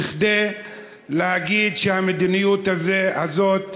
זה כדי להגיד שהמדיניות הזאת תיכשל,